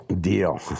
Deal